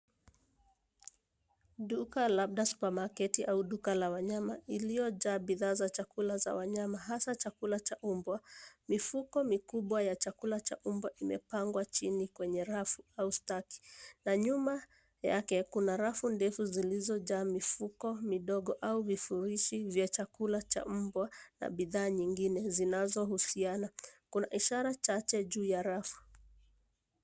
Duka labda supermarketi au duka la wanyama iliyo jaa bidhaa za chakula cha wanyama hasa chakula chaumbwa. Mifuko mikubwa ya chakula chaumbwa imepangwa chini kwenye rafu au standi. Na nyuma yake kuna rafu ndezu zilizojaa mifuko , midogo au vifurushi vya chakula chaumbwa na bidhaa nyingine zinazo husiana. Kuna ishara chache ju ya rafu.